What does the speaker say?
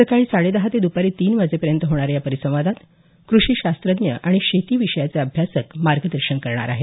सकाळी साडेदहा ते दुपारी तीन वाजेपर्यंत होणाऱ्या या परिसंवादात कृषी शास्त्रज्ञ आणि शेती विषयाचे अभ्यासक मार्गदर्शन करणार आहेत